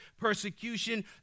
persecution